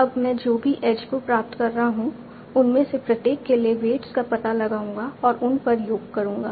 अब मैं जो भी एज को प्राप्त कर रहा हूं उनमें से प्रत्येक के लिए वेट्स का पता लगाऊंगा और उन पर योग करूंगा